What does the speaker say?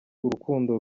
urukundo